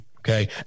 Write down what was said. Okay